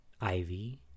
ivy